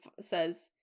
says